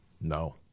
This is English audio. No